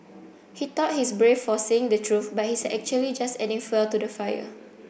he thought he's brave for saying the truth but he's actually just adding fuel to the fire